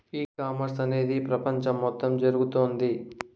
ఈ కామర్స్ అనేది ప్రపంచం మొత్తం జరుగుతోంది